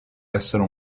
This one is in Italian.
essere